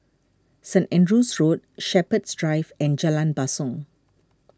St andrew's Road Shepherds Drive and Jalan Basong